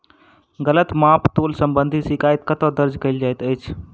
गलत माप तोल संबंधी शिकायत कतह दर्ज कैल जाइत अछि?